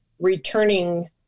returning